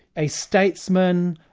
a statesman,